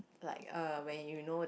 like uh when you know that